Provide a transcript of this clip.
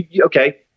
okay